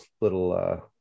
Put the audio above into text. little